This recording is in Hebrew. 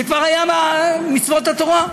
זה כבר היה במצוות התורה.